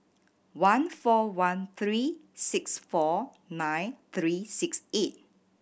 one four one three six four nine three six eight